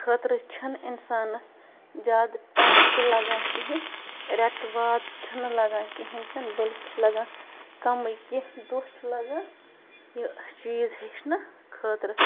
خٲطرٕ چھَنہٕ اِنسانَس زیادٕ ٹایِم تہِ لَگان کِہیٖنۍ رٮ۪تہٕ واد چھِنہٕ لگان کِہیٖنۍ تہِ نہٕ بٔلکہِ چھِ لَگان کَمٕے کیٚنٛہہ دۄہ چھِ لَگان یہِ چیٖز ہیٚچھنہٕ خٲطرٕ